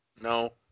No